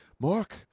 Mark